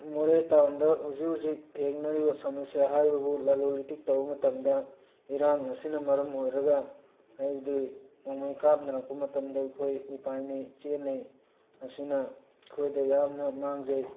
ꯃꯣꯔꯦ ꯇꯥꯎꯟꯗ ꯍꯧꯖꯤꯛ ꯍꯧꯖꯤꯛ ꯊꯦꯡꯅꯔꯤꯕ ꯁꯃꯁ꯭ꯌꯥ ꯍꯥꯏꯕꯕꯨ ꯂꯂꯣꯜ ꯏꯇꯤꯛ ꯇꯧꯕ ꯃꯇꯝꯗ ꯏꯔꯥꯡ ꯑꯁꯤꯅ ꯃꯔꯝ ꯑꯣꯏꯔꯒ ꯍꯥꯏꯗꯤ ꯅꯣꯡꯃꯩ ꯀꯥꯞꯅꯔꯛꯄ ꯃꯇꯝꯗ ꯑꯩꯈꯣꯏ ꯃꯤꯄꯥꯏꯅꯩ ꯆꯦꯟꯅꯩ ꯑꯁꯤꯅ ꯑꯩꯈꯣꯏꯗ ꯌꯥꯝꯅ ꯃꯥꯡꯖꯩ